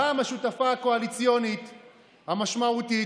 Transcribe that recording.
רע"מ, השותפה הקואליציונית המשמעותית.